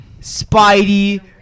Spidey